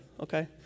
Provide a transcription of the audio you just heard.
Okay